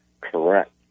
correct